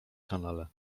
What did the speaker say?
kanale